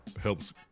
helps